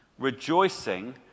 rejoicing